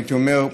הייתי אומר,